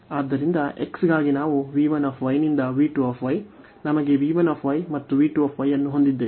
ಆದ್ದರಿಂದ x ಗಾಗಿ ನಾವು v 1 ನಿಂದ v 2 ನಮಗೆ v 1 ಮತ್ತು v 2 ಅನ್ನು ಹೊಂದಿದ್ದೇವೆ